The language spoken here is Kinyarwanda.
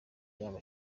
yaba